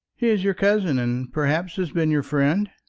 he is your cousin, and perhaps has been your friend?